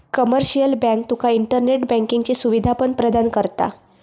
commercial bank तुका internet बँकिंगची सुवीधा पण प्रदान करता